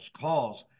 calls